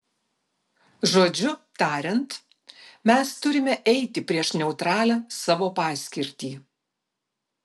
žodžiu tariant mes turime eiti prieš neutralią savo paskirtį